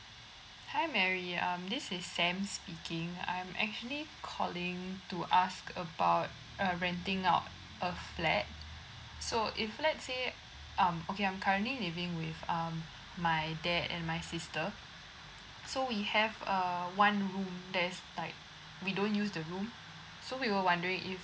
hi mary um this is sam speaking I'm actually calling to ask about uh renting out a flat so if let's say um okay I'm currently living with um my dad and my sister so we have a one room that is like we don't use the room so we were wondering if